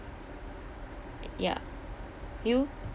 ya you